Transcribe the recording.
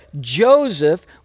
Joseph